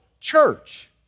church